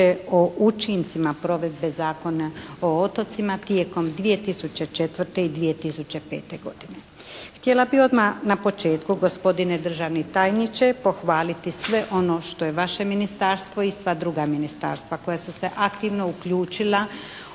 o učincima provedbe Zakona o otocima tijekom 2004. i 2005. godine. Htjela bih odmah na početku gospodine državni tajniče pohvaliti sve ono što je vaše ministarstvo i sva druga ministarstva koja su se aktivno uključila u